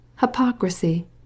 Hypocrisy